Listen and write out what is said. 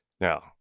Now